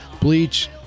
Bleach